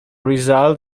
result